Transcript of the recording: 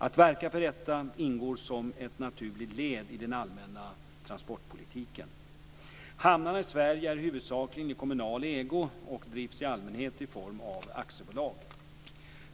Att verka för detta ingår som ett naturligt led i den allmänna transportpolitiken. Hamnarna i Sverige är huvudsakligen i kommunal ägo och drivs i allmänhet i form av aktiebolag.